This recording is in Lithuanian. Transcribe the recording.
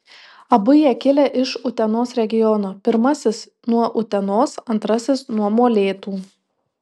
abu jie kilę iš utenos regiono pirmasis nuo utenos antrasis nuo molėtų